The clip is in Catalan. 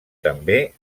també